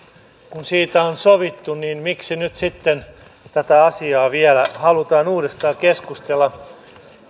kun siitä on sovittu nyt sitten tätä asiaa vielä halutaan uudestaan keskustella